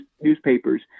newspapers